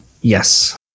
Yes